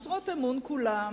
משרות אמון כולן,